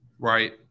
Right